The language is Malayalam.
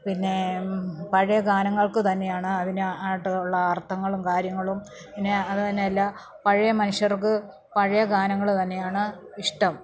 പിന്നേ പഴയ ഗാനങ്ങൾക്ക് തന്നെയാണ് അതിന് ആട്ട ഉള്ള അർത്ഥങ്ങളും കാര്യങ്ങളും പിന്നെ അത് തന്നെയല്ല പഴയ മനുഷ്യർക്ക് പഴയ ഗാനങ്ങള് തന്നെയാണ് ഇഷ്ടം